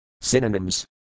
Synonyms